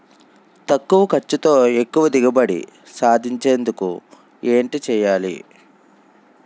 తక్కువ ఖర్చుతో ఎక్కువ దిగుబడి సాధించేందుకు ఏంటి చేయాలి?